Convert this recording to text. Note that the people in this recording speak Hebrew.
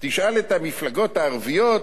תשאל את המפלגות הערביות,